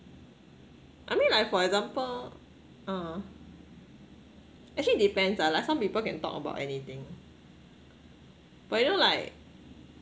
I mean like for example ah actually depends lah like some people can talk about anything but you know like